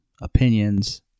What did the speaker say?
opinions